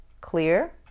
Clear